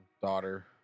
daughter